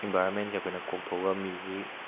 ꯑꯤꯟꯚꯥꯏꯔꯣꯟꯃꯦꯟꯁꯦ ꯑꯩꯈꯣꯏꯅ ꯀꯣꯛꯊꯣꯛꯑꯒ ꯃꯤꯒꯤ